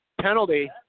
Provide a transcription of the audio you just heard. penalty